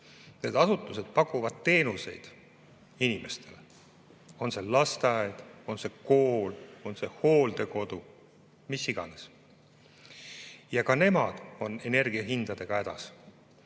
Need asutused pakuvad inimestele teenuseid: on see lasteaed, on see kool, on see hooldekodu, mis iganes. Ja ka nemad on energia hindadega hädas.